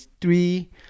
three